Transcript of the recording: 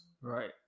right